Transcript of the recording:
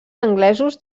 anglesos